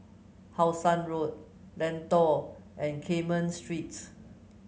How Sun Road Lentor and Carmen Street